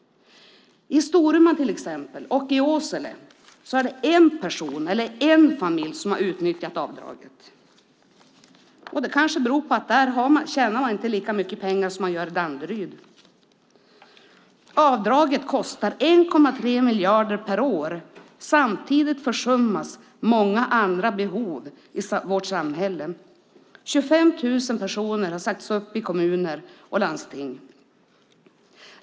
I Storuman till exempel och i Åsele är det en person eller en familj som har utnyttjat avdraget. Det kanske beror på att där tjänar man inte lika mycket pengar som man gör i Danderyd. Avdraget kostar 1,3 miljarder per år. Samtidigt försummas många andra behov i vårt samhälle. 25 000 personer har sagts upp i kommuner och landsting.